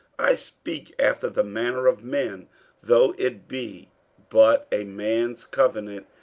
i speak after the manner of men though it be but a man's covenant,